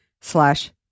slash